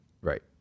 right